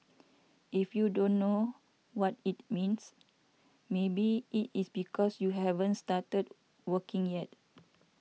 if you don't know what it means maybe it is because you haven't started working yet